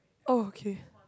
oh okay